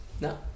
No